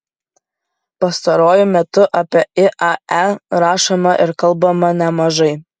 pastaruoju metu apie iae rašoma ir kalbama nemažai